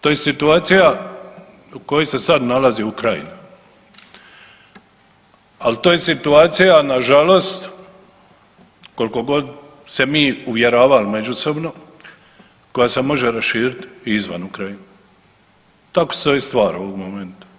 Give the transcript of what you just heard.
To je situacija u kojoj se sad nalazi Ukrajina, ali to je situacija nažalost kolikogod se mi uvjeravali međusobno koja se može raširit i izvan Ukrajine, tako stoji stvar ovog momenta.